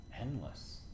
endless